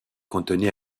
cantonné